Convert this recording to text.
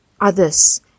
others